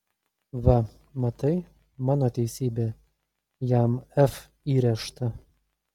va matai mano teisybė jam f įrėžta